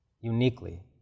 Uniquely